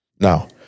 Now